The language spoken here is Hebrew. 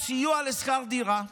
המיליארדים סיוע לשכר דירה,